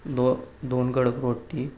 दो दोन कडक रोटी